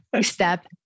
step